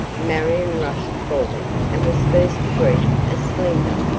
marion rushed forward and was first to greet a slender,